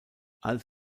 als